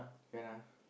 can ah